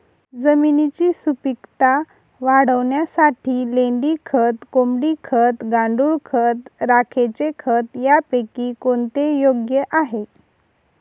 जमिनीची सुपिकता वाढवण्यासाठी लेंडी खत, कोंबडी खत, गांडूळ खत, राखेचे खत यापैकी कोणते योग्य आहे?